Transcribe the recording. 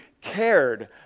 cared